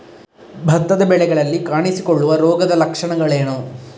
ಭತ್ತದ ಬೆಳೆಗಳಲ್ಲಿ ಕಾಣಿಸಿಕೊಳ್ಳುವ ರೋಗದ ಲಕ್ಷಣಗಳೇನು?